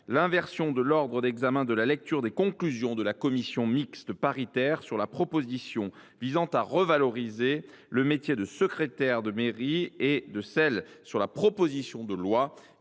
l’inversion de l’ordre d’examen de la lecture des conclusions de la commission mixte paritaire sur la proposition visant à revaloriser le métier de secrétaire de mairie et de celle sur la proposition de loi